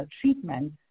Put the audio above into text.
treatment